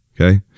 Okay